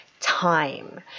Time